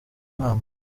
nama